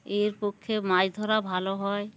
এর পক্ষে মাছ ধরা ভালো হয়